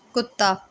ਕੁੱਤਾ